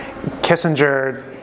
Kissinger